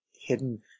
hidden